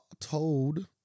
Told